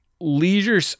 leisure